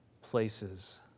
places